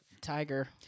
tiger